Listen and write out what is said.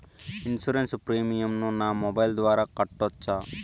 Insurance premium ను నా mobile ద్వారా కట్టొచ్చా?